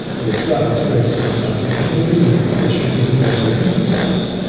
so the excitement spreads to the scientific community with the opportunities that that brings for science,